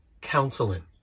counseling